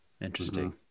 interesting